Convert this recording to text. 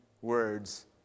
words